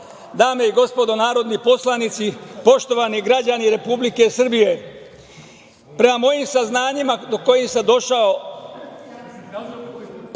dame i gospodo narodni poslanici, poštovani građani Republike Srbije, prema mojim saznanjima do kojih sam došao